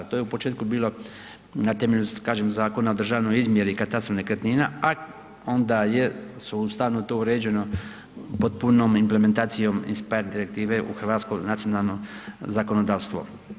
To je u početku bilo na temelju, kažem, Zakona o državnoj izmjeri i katastru nekretnina a onda je sustavno to uređeno potpunom implementacijom inspire direktive u hrvatsko nacionalno zakonodavstvo.